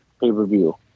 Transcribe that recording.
pay-per-view